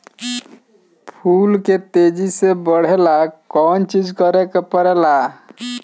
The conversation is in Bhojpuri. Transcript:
फूल के तेजी से बढ़े ला कौन चिज करे के परेला?